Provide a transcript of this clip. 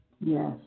yes